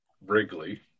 Wrigley